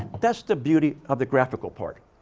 that's the beauty of the graphical part.